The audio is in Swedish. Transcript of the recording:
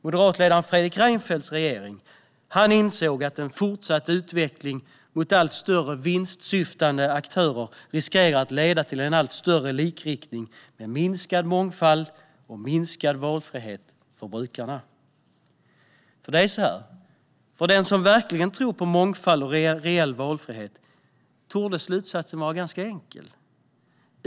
Moderatledaren Fredrik Reinfeldts regering insåg att en fortsatt utveckling mot allt större vinstsyftande aktörer riskerar att leda till en allt större likriktning med minskad mångfald och minskad valfrihet för brukarna. För den som verkligen tror på mångfald och reell valfrihet torde slutsatsen vara enkel.